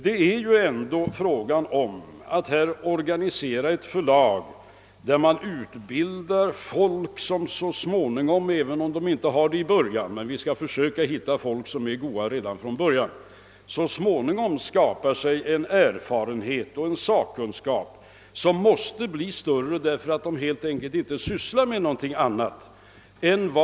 Det är dock fräga om att organisera ett förlag där man utbildar människor som så småningom får en erfarenhet — även om de inte har den från början, ehuru vi naturligtvis skall försöka få sådana personer också och en sakkunskap som måste bli större helt enkelt därför att de inte sysslar med något annat.